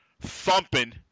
thumping